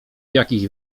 jakiś